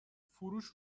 فروش